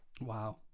Wow